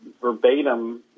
verbatim